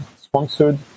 sponsored